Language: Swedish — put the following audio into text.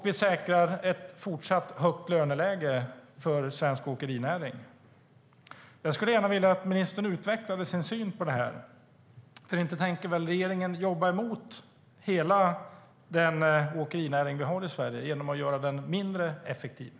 Vi säkrar också ett fortsatt högt löneläge för svensk åkerinäring.